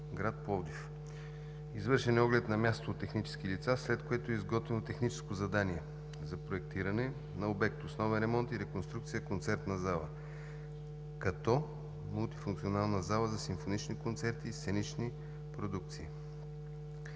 гр. Пловдив. Извършен е оглед на място от технически лица, след което е изготвено техническо задание за проектиране на обект „Основен ремонт и реконструкция концертна зала като мултифункционална зала за симфонични концерти и сценични продукции“,